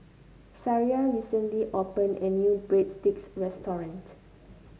Sariah recently opened a new Breadsticks restaurant